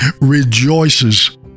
rejoices